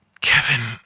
Kevin